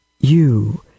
You